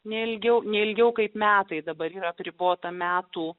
ne ilgiau ne ilgiau kaip metai dabar yra apribota metų